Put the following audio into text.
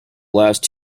last